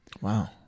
Wow